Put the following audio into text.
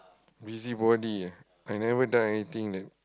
busybody ah I never done anything that